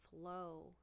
flow